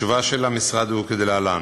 התשובה של המשרד היא כדלהלן: